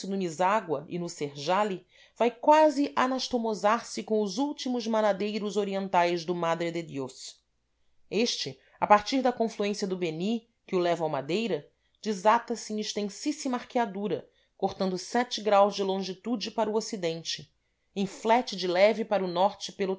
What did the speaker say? no mishagua e no serjali vai quase anastomosar se com os últimos manadeiros orientais do madre dediós este a partir da confluência do beni que o leva ao madeira desata se em extensíssima arqueadura cortando sete graus de longitude para o ocidente inflete de leve para o norte pelo